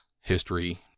history